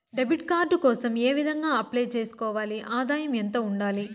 Debit card కోసం ఏ విధంగా అప్లై సేసుకోవాలి? ఆదాయం ఎంత ఉండాలి?